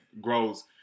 grows